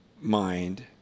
mind